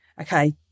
okay